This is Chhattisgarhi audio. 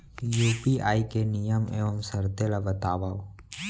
यू.पी.आई के नियम एवं शर्त ला बतावव